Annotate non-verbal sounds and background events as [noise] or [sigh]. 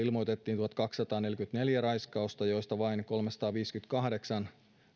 [unintelligible] ilmoitettiin tuhatkaksisataaneljäkymmentäneljä raiskausta joista vain kolmesataaviisikymmentäkahdeksan